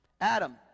Adam